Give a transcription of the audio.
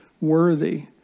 worthy